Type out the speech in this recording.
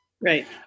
Right